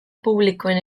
publikoen